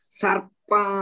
sarpa